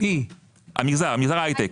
מגזר ההייטק,